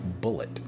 Bullet